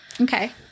Okay